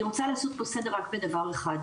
אני רוצה לעשות פה סדר רק בדבר אחד,